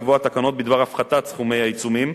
לקבוע תקנות בדבר הפחתת סכומי העיצומים.